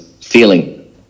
feeling